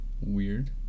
Weird